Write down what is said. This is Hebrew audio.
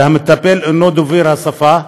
והמטפל אינו דובר השפה,